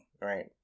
right